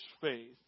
faith